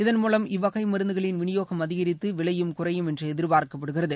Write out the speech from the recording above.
இதன் மூலம் இவ்வகை மருந்துகளின் விநியோகம் அதிகரித்து விலையும் குறையும் என்று எதிர்பார்க்கப்படுகிறது